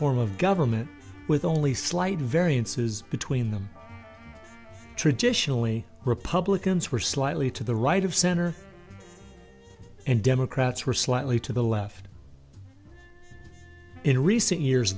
form of government with only slight variances between them traditionally republicans were slightly to the right of center and democrats were slightly to the left in recent years